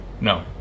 No